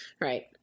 Right